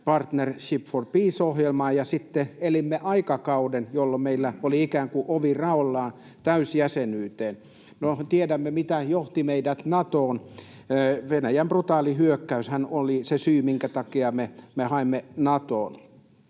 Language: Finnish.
Partnership for Peace ‑ohjelmaan ja sitten elimme aikakauden, jolloin meillä oli ikään kuin ovi raollaan täysjäsenyyteen. No, tiedämme, mikä johti meidät Natoon: Venäjän brutaali hyökkäyshän oli se syy, minkä takia me haimme Natoon.